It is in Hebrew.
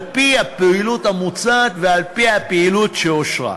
על-פי הפעילות המוצעת ועל-פי הפעילות שאושרה.